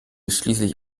schließlich